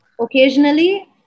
occasionally